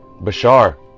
Bashar